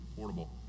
portable